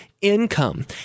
income